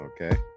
okay